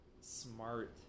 smart